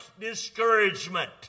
discouragement